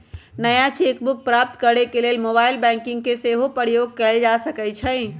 नया cheque book प्राप्त करेके लेल मोबाइल बैंकिंग के सेहो प्रयोग कएल जा सकइ छइ